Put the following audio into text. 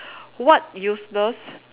what useless